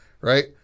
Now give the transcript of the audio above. Right